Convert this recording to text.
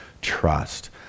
trust